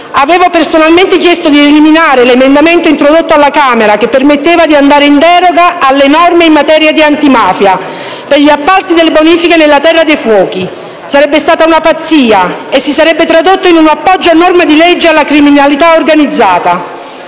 Avevo personalmente chiesto di eliminare l'emendamento introdotto alla Camera che permetteva di andare in deroga alle norme in materia di antimafia per gli appalti delle bonifiche nella terra dei fuochi: sarebbe stata una pazzia e si sarebbe tradotto in un appoggio a norma di legge alla criminalità organizzata.